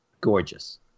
gorgeous